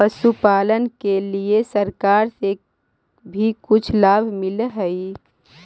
पशुपालन के लिए सरकार से भी कुछ लाभ मिलै हई?